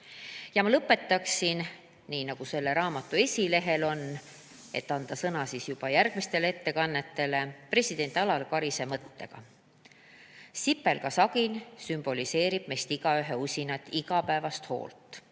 Ma lõpetaksin nii, nagu selle raamatu esilehel on – kohe annan sõnajärje juba järgmistele ettekandjatele –, president Alar Karise mõttega: "Sipelga sagin sümboliseerib meist igaühe usinat igapäevast hoolt,